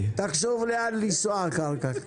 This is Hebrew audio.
תחשוב לאן לשוט אחר כך.